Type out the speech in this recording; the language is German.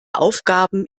aufgaben